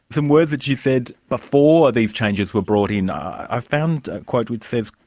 some words that you said before these changes were brought in? ah i found a quote which says,